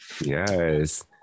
Yes